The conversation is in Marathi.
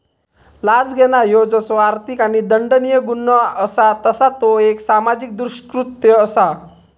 लाच घेणा ह्यो जसो आर्थिक आणि दंडनीय गुन्हो असा तसा ता एक सामाजिक दृष्कृत्य असा